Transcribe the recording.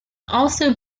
also